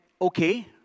okay